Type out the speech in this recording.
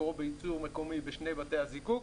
מקורו בייצור מקומי בשני בתי הזיקוק,